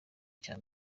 cya